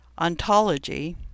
ontology